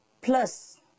plus